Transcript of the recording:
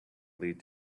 lead